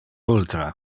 ultra